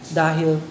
dahil